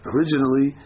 Originally